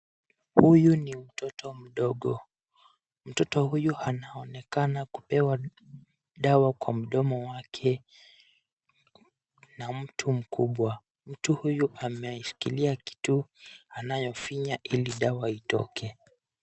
Huyu ni mtoto mdogo. Mtoto huyu anaonekana kupewa dawa kwa mdomo wake na mtu mkubwa. Mtu huyu ameshikilia kitu anayofinya ili dawa itoke.